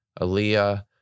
Aaliyah